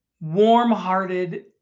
warm-hearted